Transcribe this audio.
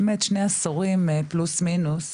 באמת שני עשורים פלוס-מינוס.